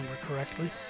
correctly